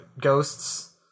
ghosts